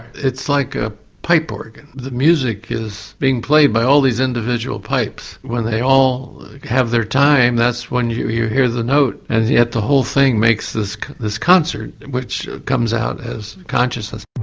it's like a pipe organ, the music is being played by all these individual pipes when they all have their time that's when you hear the note and yet the whole thing makes this this concert which comes out as consciousness.